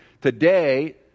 today